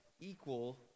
equal